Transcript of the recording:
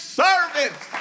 servants